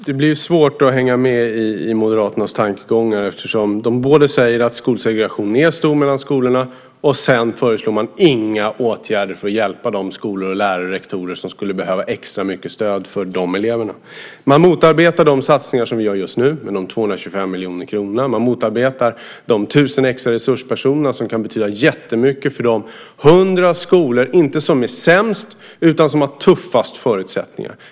Fru talman! Det blir svårt att hänga med i Moderaternas tankegångar, eftersom de säger att segregationen är stor mellan skolorna och sedan inte föreslår några åtgärder för att hjälpa de skolor, lärare och rektorer som skulle behöva extra mycket stöd för de elever det gäller. Man motarbetar de satsningar som vi gör just nu, de 225 miljoner kronorna, och man motarbetar de 1 000 extra resurspersonerna som kan betyda jättemycket för de 100 skolor som inte är sämst utan som har tuffast förutsättningar.